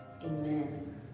Amen